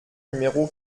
numéro